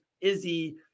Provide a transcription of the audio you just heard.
Izzy